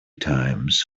times